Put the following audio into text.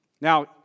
Now